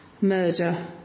murder